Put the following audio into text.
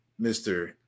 Mr